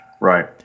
Right